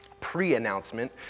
pre-announcement